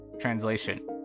translation